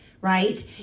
right